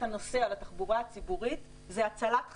הנוסע לתחבורה הציבורית זה הצלת חיים.